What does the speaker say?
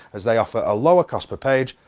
as they offer a lower cost per page,